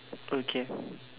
okay